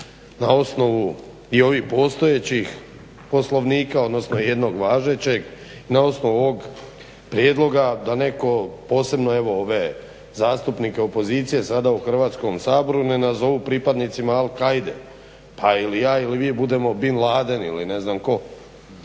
na osnovu i ovih postojećih poslovnika odnosno jednog važećeg na osnovu ovog prijedloga da netko posebno evo ove zastupnike opozicije sada u Hrvatskom saboru ne nazovu pripadnicima Al-Quaide pa ili ja ili vi budemo Bin Laden ili ne znam tko.